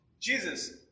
Jesus